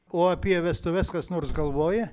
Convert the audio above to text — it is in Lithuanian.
o apie vestuves kas nors galvoja